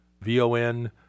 V-O-N